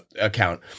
account